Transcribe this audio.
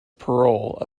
parole